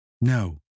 No